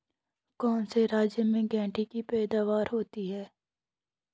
कौन से राज्य में गेंठी की पैदावार होती है?